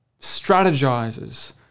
strategizes